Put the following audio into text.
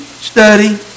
study